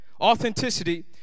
Authenticity